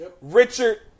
richard